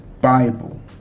Bible